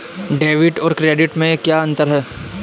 Debit और credit में क्या अंतर है?